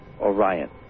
Orion